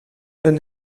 een